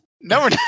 No